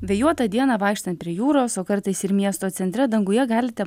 vėjuotą dieną vaikštant prie jūros o kartais ir miesto centre danguje galite